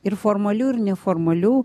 ir formalių ir neformalių